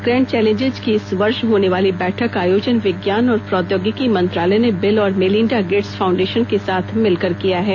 grand Challenges की इस वर्ष होने वाली बैठक का आयोजन विज्ञान और प्रोद्योगिकी मंत्रालय ने बिल और मेलिंडा गेट्स फाउंडेशन के साथ मिलकर किया है